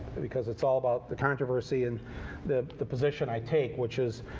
because it's all about the controversy and the the position i take, which is